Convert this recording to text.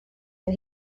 and